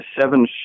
seven